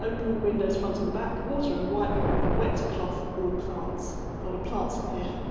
open windows front and back. water and wipe with a wet cloth all plants. a lot of plants in here.